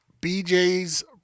BJ's